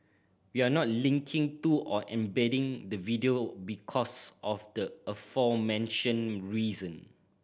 we're not linking to or embedding the video because of the aforementioned reason